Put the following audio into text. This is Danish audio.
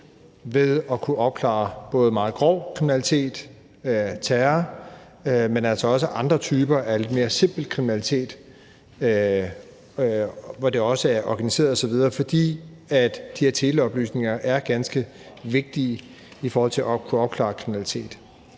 ved at kunne opklare både meget grov kriminalitet, terror, men altså også andre typer af lidt mere simpel kriminalitet, hvor det også er organiseret osv., fordi de her teleoplysninger er ganske vigtige i forhold til at kunne opklare kriminalitet.